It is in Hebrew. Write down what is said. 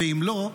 ואם לא,